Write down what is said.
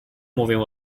mówią